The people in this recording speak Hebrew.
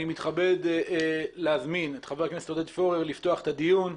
אני מתכבד להזמין את חבר הכנסת עודד פורר לפתוח את הדיון.